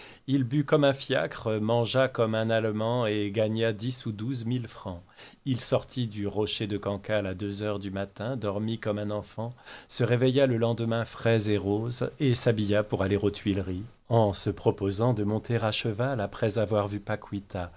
il but comme un fiacre mangea comme un allemand et gagna dix ou douze mille francs il sortit du rocher de cancale à deux heures du matin dormit comme un enfant se réveilla le lendemain frais et rose et s'habilla pour aller aux tuileries en se proposant de monter à cheval après avoir vu